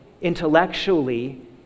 intellectually